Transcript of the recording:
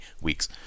weeks